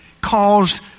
caused